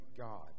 God